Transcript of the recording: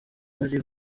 abari